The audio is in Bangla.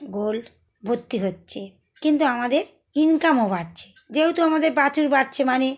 গোয়াল ভর্তি হচ্ছে কিন্তু আমাদের ইনকামও বাড়ছে যেহেতু আমাদের বাছুর বাড়ছে মানে